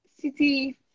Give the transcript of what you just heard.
city